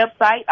website